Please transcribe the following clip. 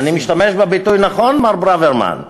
אני משתמש בביטוי נכון, מר ברוורמן?